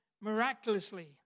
miraculously